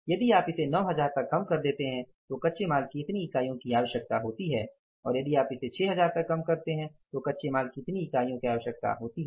यदि आप इसे 9 हजार तक कम कर देते हैं तो कच्चे माल की इतनी इकाइयों की आवश्यकता होती है और यदि आप इसे 6 हजार तक कम करते हैं तो कच्चे माल की इतनी इकाइयों की आवश्यकता होती है